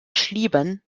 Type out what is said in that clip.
schlieben